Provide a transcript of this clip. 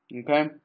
okay